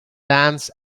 dance